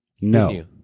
No